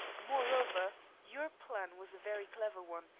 moreover, your plan was a very clever one,